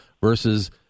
versus